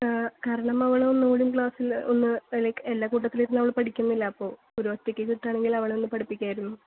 കാരണം അവൾ ഒന്നുകൂടി ക്ലാസ്സിൽ ഒന്ന് ലൈക് എല്ലാ കൂട്ടത്തിലിരുന്ന് അവൾ പഠിക്കുന്നില്ല അപ്പോൾ ഒരു ഒറ്റയ്ക്കിരുത്തി ആണെങ്കിൽ അവളെ ഒന്ന് പഠിപ്പിക്കാമായിരുന്നു